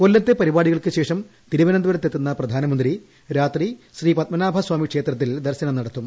കൊല്ലത്തെ പരിപാടിക്യൾക്കുശേഷം തിരുവന്തപുരത്തെത്തുന്ന് പ്രെഡാനമന്ത്രി രാത്രി ശ്രീപത്മനാഭ സ്വാമി ക്ഷേത്രത്തിൽ ദർശനം നടത്തും